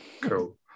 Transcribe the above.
Cool